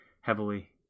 heavily